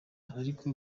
ariko